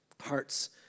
hearts